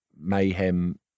mayhem